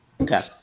Okay